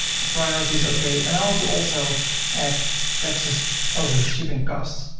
the priority is okay and i want to also add taxes over the shipping costs.